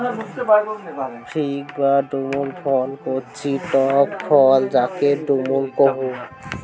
fig বা ডুমুর ফল কচি টক ফল যাকি ডুমুর কুহু